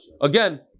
Again